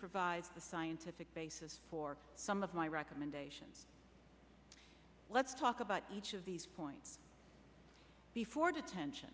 provides the scientific basis for some of my recommendations let's talk about each of these points before detention